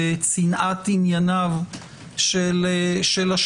בצנעת ענייני השני,